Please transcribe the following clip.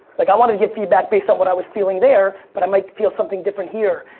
like, i want to give feedback based on what i was feeling there but i might feel something different here.